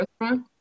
restaurant